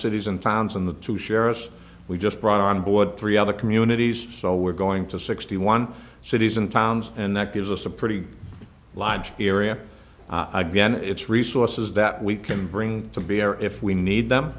cities and towns on the two sheriff's we just brought on board three other communities so we're going to sixty one cities and towns and that gives us a pretty large area again it's resources that we can bring to bear if we need them